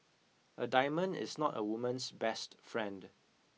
a diamond is not a woman's best friend